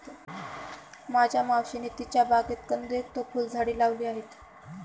माझ्या मावशीने तिच्या बागेत कंदयुक्त फुलझाडे लावली आहेत